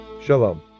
Shalom